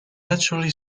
naturally